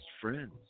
friends